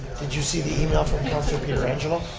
did you see the email from councilor pietrangelo?